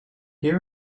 here